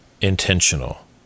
intentional